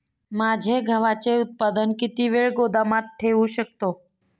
माझे गव्हाचे उत्पादन किती वेळ गोदामात ठेवू शकतो?